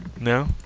No